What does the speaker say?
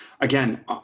again